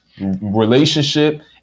relationship